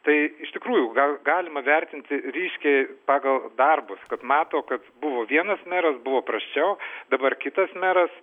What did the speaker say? tai iš tikrųjų gal galima vertinti ryškiai pagal darbus kad mato kad buvo vienas meras buvo prasčiau dabar kitas meras